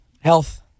health